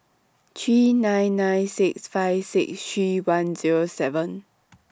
three nine nine six five six three one Zero seven